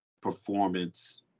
performance